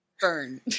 Burn